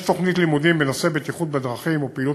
יש תוכניות לימודים בנושא בטיחות בדרכים ופעילות